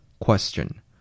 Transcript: Question